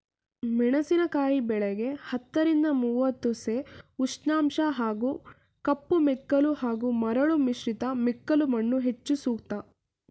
ಮೆಣಸಿನಕಾಯಿ ಬೆಳೆಗೆ ಹತ್ತರಿಂದ ಮೂವತ್ತು ಸೆ ಉಷ್ಣಾಂಶ ಹಾಗೂ ಕಪ್ಪುಮೆಕ್ಕಲು ಹಾಗೂ ಮರಳು ಮಿಶ್ರಿತ ಮೆಕ್ಕಲುಮಣ್ಣು ಹೆಚ್ಚು ಸೂಕ್ತ